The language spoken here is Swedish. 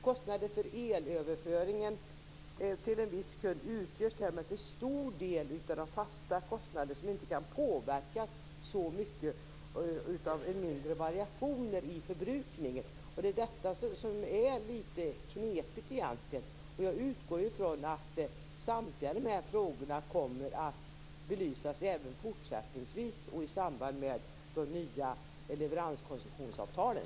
Kostnader för elöverföringen till en viss kund utgörs därmed till stor del av de fasta kostnader som inte kan påverkas så mycket av mindre variationer i förbrukningen. Det är detta som är litet knepigt. Jag utgår från att samtliga dessa frågor kommer att belysas även fortsättningsvis och i samband med de nya leveranskoncessionsavtalen.